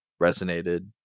resonated